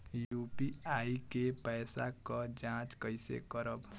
UPI के पैसा क जांच कइसे करब?